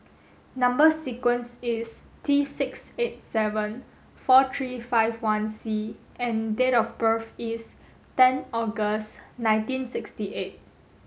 number sequence is T six eight seven four three five one C and date of birth is ten August nineteen sixty eight